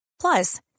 Plus